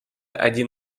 один